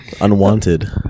Unwanted